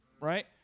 Right